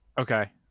Okay